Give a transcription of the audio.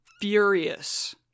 furious